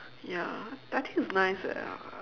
ya but I think it's nice that uh